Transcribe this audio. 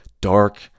dark